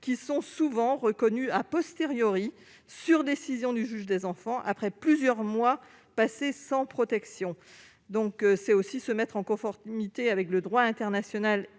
qui sont souvent reconnus, sur décision du juge des enfants après plusieurs mois passés sans protection. Il s'agit aussi de se mettre en conformité avec le droit international